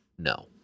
No